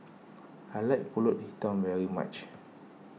I like Pulut Hitam very much